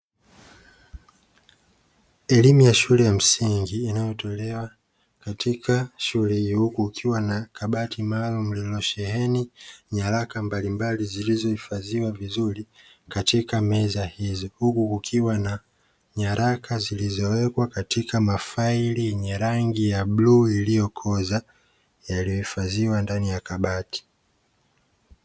Elimu ya shule ya msingi inayotolewa katika shule hiyo, huku ukiwa na kabati maalumu lililosheheni nyaraka mbalimbali zilizohifadhiwa vizuri katika meza hizo, huku kukiwa na nyaraka zilizowekwa katika mafaili yenye rangi ya buluu iliyokoza yaliyohifadhiwa ndani ya kabati.